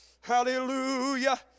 Hallelujah